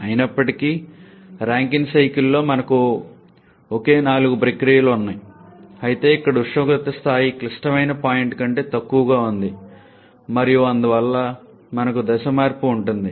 అయినప్పటికీ Rankine cycle లో మనకు ఒకే నాలుగు ప్రక్రియలు ఉన్నాయి అయితే ఇక్కడ ఉష్ణోగ్రత స్థాయి క్లిష్టమైన పాయింట్ కంటే తక్కువగా ఉంది మరియు అందువల్ల మనకు దశ మార్పు ఉంటుంది